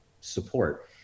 support